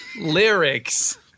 Lyrics